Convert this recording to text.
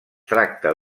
tracta